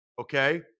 okay